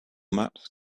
maps